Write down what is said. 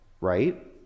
right